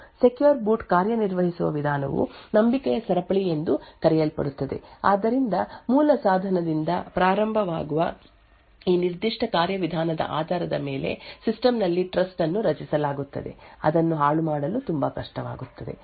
secure boot ಕಾರ್ಯನಿರ್ವಹಿಸುವ ವಿಧಾನವು ನಂಬಿಕೆಯ ಸರಪಳಿ ಎಂದು ಕರೆಯಲ್ಪಡುತ್ತದೆ ಆದ್ದರಿಂದ ಮೂಲ ಸಾಧನದಿಂದ ಪ್ರಾರಂಭವಾಗುವ ಈ ನಿರ್ದಿಷ್ಟ ಕಾರ್ಯವಿಧಾನದ ಆಧಾರದ ಮೇಲೆ ಸಿಸ್ಟಮ್ ನಲ್ಲಿ ಟ್ರಸ್ಟ್ ಅನ್ನು ರಚಿಸಲಾಗಿದೆ ಅದನ್ನು ಹಾಳುಮಾಡಲು ತುಂಬಾ ಕಷ್ಟವಾಗುತ್ತದೆ